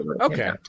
Okay